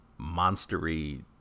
monstery